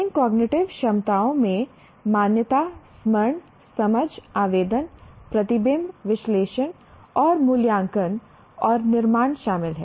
इन cognitive क्षमताओं में मान्यता स्मरण समझ आवेदन प्रतिबिंब विश्लेषण और मूल्यांकन और निर्माण शामिल हैं